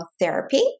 therapy